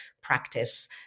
practice